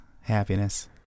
happiness